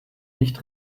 nicht